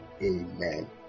amen